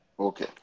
Okay